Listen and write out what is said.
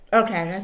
okay